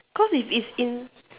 cause if it's in